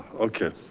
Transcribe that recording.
okay,